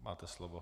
Máte slovo.